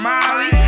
Molly